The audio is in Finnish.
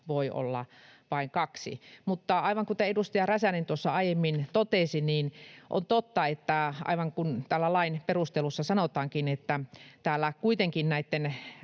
voi olla vain kaksi. Mutta aivan kuten edustaja Räsänen tuossa aiemmin totesi, niin on totta, aivan kuin täällä lain perusteluissa sanotaankin, että täällä kuitenkin — näitten